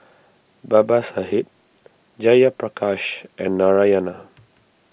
Babasaheb Jayaprakash and Narayana